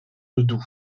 ledoux